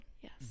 yes